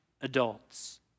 adults